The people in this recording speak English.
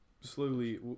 slowly